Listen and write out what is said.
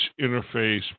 interface